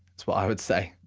is what i would say.